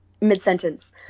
mid-sentence